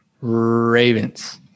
Ravens